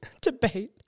debate